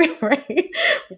right